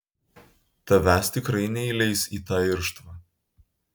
tavęs tikrai neįleis į tą irštvą